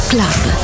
Club